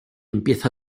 empieza